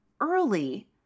early